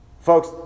Folks